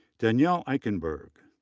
danielle eickenberg,